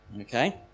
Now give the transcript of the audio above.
okay